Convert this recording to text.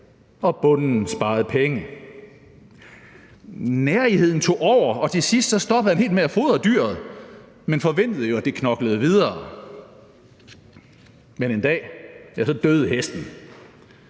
og bonden sparede penge. Nærigheden tog over, og til sidst stoppede han helt med at fodre dyret, men forventede jo, at det knoklede videre. Men en dag døde hesten.